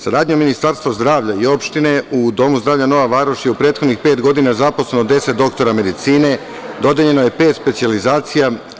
Saradnjom Ministarstva zdravlja i opštine, u Domu zdravlja Nova Varoš je u prethodnih pet godina zaposleno deset doktora medicine, dodeljeno je pet specijalizacija.